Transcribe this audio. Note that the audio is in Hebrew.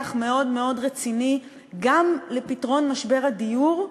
מאוד מאוד רציני גם לפתרון משבר הדיור,